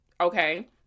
Okay